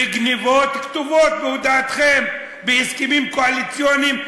וגנבות כתובות בהודעותיכם בהסכמים קואליציוניים,